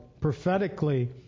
prophetically